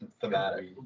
thematic